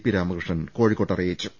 P Ramakrishnan Kozhikode അറിയിച്ചു